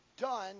Done